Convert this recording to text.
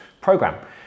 program